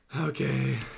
Okay